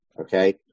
okay